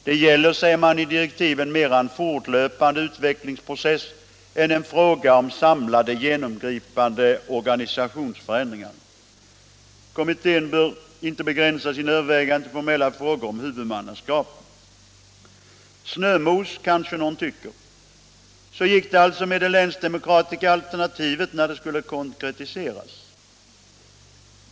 Det gäller, säger man i direktiven, mera en fortlöpande utvecklingsprocess än en fråga om samlade genomgripande organisationsförändringar. Kommittén bör inte begränsa sina överväganden till formella frågor om huvudmannaskapet. ; Snömos, kanske någon tycker. Så gick det alltså med det länsdemokratiska alternativet när det skulle konkretiseras.